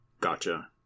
gotcha